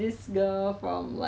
!wah! 我跟你讲